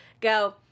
go